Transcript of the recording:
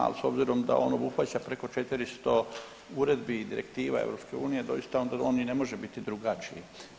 Ali s obzirom da on obuhvaća preko 400 uredbi i direktiva EU doista onda on i ne može biti drugačiji.